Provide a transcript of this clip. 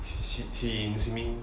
C_C team simi